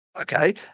Okay